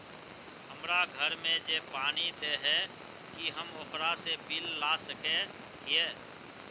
हमरा घर में जे पानी दे है की हम ओकरो से बिल ला सके हिये?